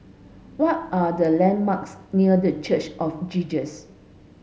what are the landmarks near The Church of Jesus